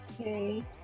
okay